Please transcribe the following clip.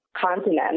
continent